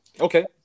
Okay